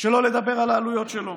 שלא לדבר על העלויות שלו.